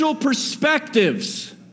perspectives